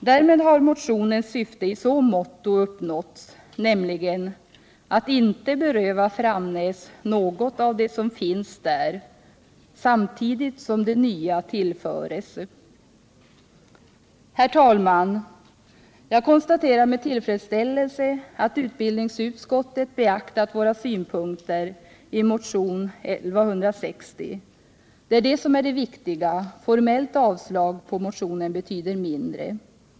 Därmed har motionens syfte i så måtto uppnåtts att Framnäs inte berövas något av det som finns där, samtidigt som den nya musiklärarutbildningen tillförs. Herr talman! Jag konstaterar med tillfredsställelse att utbildningsutskottet beaktat våra synpunkter i motionen 1160. Det är det som är det viktiga. Formellt avslag på motionen betyder mindre.